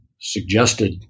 suggested